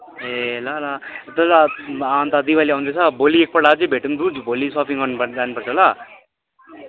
ए ल ल अन्त दिवाली आउँदैछ भोलि एकपल्ट अझै भेटौँ डुड भोलि सपिङ गर्नु प जानु पर्छ ल